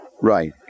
Right